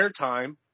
airtime